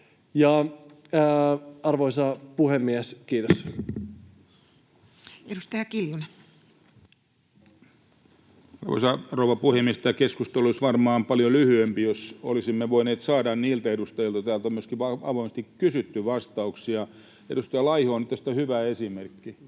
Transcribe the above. Arvoisa puhemies, kiitos. Edustaja Kiljunen. Arvoisa rouva puhemies! Tämä keskustelu olisi varmaan paljon lyhyempi, jos olisimme voineet saada vastauksia niiltä edustajilta, joilta täällä on myöskin avoimesti kysytty. Edustaja Laiho on tästä hyvä esimerkki.